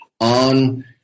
on